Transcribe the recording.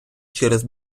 через